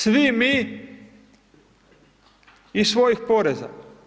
Svi mi iz svojih poreza.